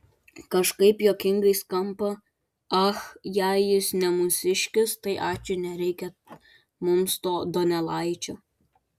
kažkaip juokingai skamba ach jei jis ne mūsiškis tai ačiū nereikia mums to donelaičio